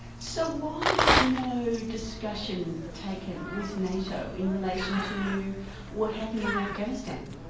so why was no discussion taken with nato in relation to what happened in afghanistan?